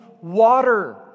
water